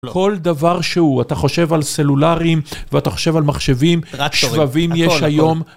כל דבר שהוא, אתה חושב על סלולריים ואתה חושב על מחשבים, שבבים יש היום.